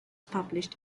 published